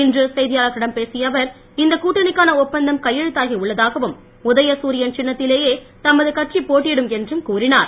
இன்று செய்தியாளர்களிடம் பேசிய அவர் இந்த கூட்டணிக்கான ஒப்பந்தம் கையெழுத்தாகி உள்ளதாகவும் உதயசூரியன் சின்னத்திலேயே தமது கட்சி போட்டியிடும் என்றும் கூறினார்